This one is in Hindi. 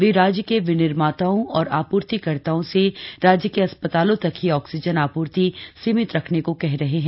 वे राज्य के विनिर्माताओं और आपूर्तिकर्ताओं से राज्य के अस्पतालों तक ही ऑक्सीजन आपूर्ति सीमित रखने को कह रहे हैं